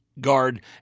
Guard